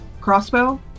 crossbow